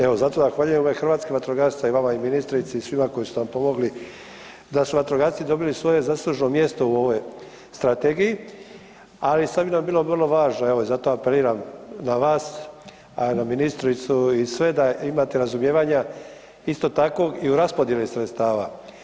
Evo, zahvaljujem ovaj hrvatskim vatrogascima i vama i ministrici i svima koji su nam pomogli da su vatrogasci dobili svoje zasluženo mjesto u ovoj strategiji, ali sad bi nam bilo vrlo važno evo i zato apeliram na vas, na ministricu i sve da imate razumijevanja isto tako i u raspodjeli sredstava.